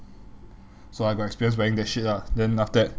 so I got experience wearing that shit lah then after that